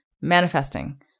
Manifesting